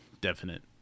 definite